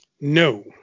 No